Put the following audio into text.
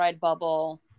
Bubble